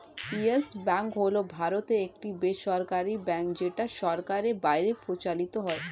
yes Bank হল ভারতের একটি বেসরকারী ব্যাঙ্ক যেটা সরকারের বাইরে পরিচালিত হয়